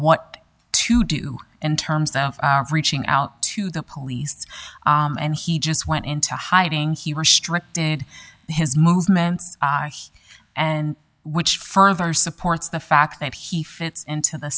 what to do in terms of reaching out to the police and he just went into hiding he was strict did his movements and which further supports the fact that he fits into the